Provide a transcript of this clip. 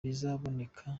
bizaboneka